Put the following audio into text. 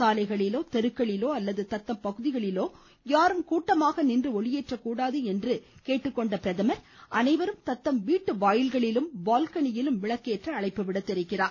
சாலைகளிலோ தெருக்களிலோ அல்லது தத்தம் பகுதிகளிலோ யாரும் கூட்டமாக நின்று ஒளியேற்றக்கூடாது என்று கூறியுள்ள பிரதமர் அனைவரும் தத்தம் வீட்டு வாயில்களிலும் பால்கனியிலும் விளக்கேற்ற அழைப்பு விடுத்திருக்கிறார்